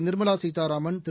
Nirmala Sitharaman Thiru